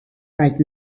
right